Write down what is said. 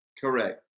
Correct